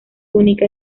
única